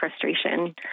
frustration